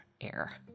air